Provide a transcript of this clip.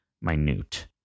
Minute